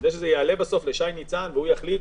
כדי שזה יעלה בסוף לשי ניצן והוא יחליט,